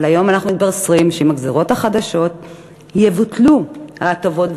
אבל היום אנחנו מתבשרים שעם הגזירות החדשות יבוטלו ההטבות,